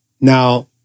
Now